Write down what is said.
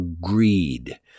greed